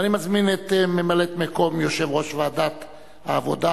ואני מזמין את ממלאת-מקום יושב-ראש ועדת העבודה,